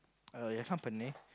uh your company